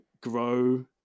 grow